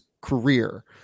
career